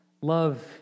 Love